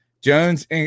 Jones